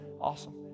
Awesome